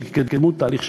של התקדמות תהליך שלום,